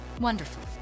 Wonderful